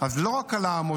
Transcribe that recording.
אז לא רק על המוסדות,